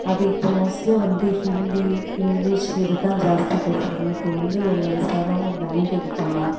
அது இப்போ மோஸ்ட்லியாக வந்து ஹிந்தி இங்கிலீஷ் இதுதான் ஜாஸ்தி பேசுகிறாங்க இப்போ வந்து ஒரு வயதானவங்க பேங்க்குக்கு போனால்